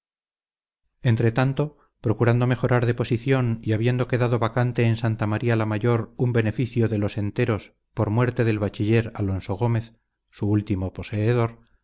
escribía entretanto procurando mejorar de posición y habiendo quedado vacante en santa maría la mayor un beneficio de los enteros por muerte del bachiller alonso gómez su último poseedor